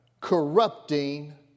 corrupting